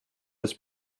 his